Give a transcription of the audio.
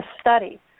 study